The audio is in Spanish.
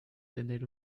tener